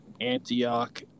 Antioch